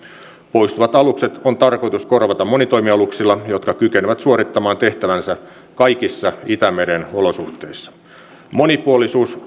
poistuvat alukset on tarkoitus korvata monitoimialuksilla jotka kykenevät suorittamaan tehtävänsä kaikissa itämeren olosuhteissa monipuolisuus